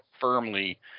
firmly